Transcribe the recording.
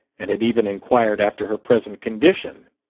and had even inquired after her present condition.